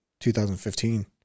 2015